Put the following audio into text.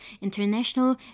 international